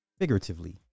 Figuratively